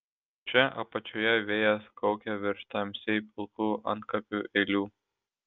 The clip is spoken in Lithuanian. čia apačioje vėjas kaukia virš tamsiai pilkų antkapių eilių